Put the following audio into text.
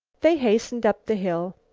they hastened up the hill.